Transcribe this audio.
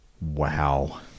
Wow